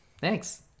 Thanks